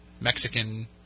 Mexican